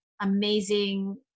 amazing